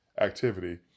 activity